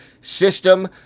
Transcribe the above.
system